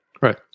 Right